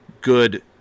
good